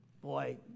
Boy